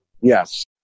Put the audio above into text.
Yes